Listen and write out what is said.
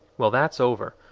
well, that's over!